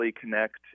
connect